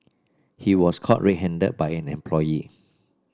he was caught red handed by an employee